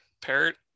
Parrot